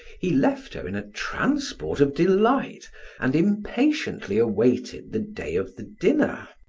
he left her in a transport of delight and impatiently awaited the day of the dinner.